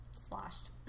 Slashed